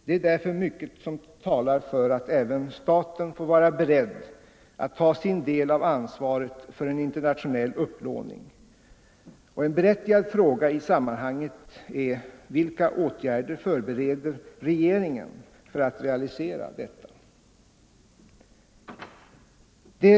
Därför är det mycket som talar för att även staten får vara beredd att ta sin del av ansvaret för en internationell upplåning. Och en berättigad fråga i sammanhanget är: Vilka åtgärder förbereder regeringen för att förverkliga en upplåning utomlands?